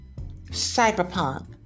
Cyberpunk